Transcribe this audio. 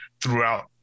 throughout